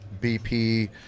BP